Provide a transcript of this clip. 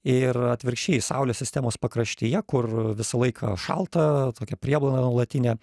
ir atvirkščiai saulės sistemos pakraštyje kur visą laiką šalta tokia prieblanda nuolatinė